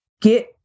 get